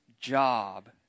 job